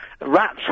rats